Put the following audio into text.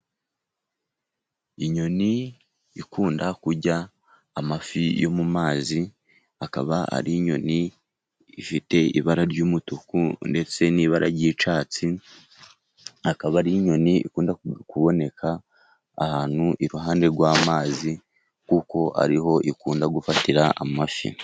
Inyoni ikunda kurya amafi yo mu mazi, akaba ar'inyoni ifite ibara ry'umutuku ndetse n'ibara ry'icyatsi, akaba ari inyoni ikunda kuboneka ahantu iruhande rw'amazi, kuko ari ho ikunda gufatira amafi.